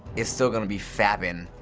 is still gonna be fapping,